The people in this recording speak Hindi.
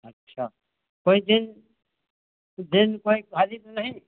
अच्छा कोई दिन दिन कोई खाली तो नहीं